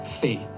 faith